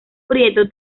prieto